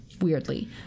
weirdly